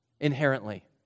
Inherently